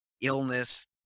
illness